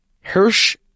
Hirsch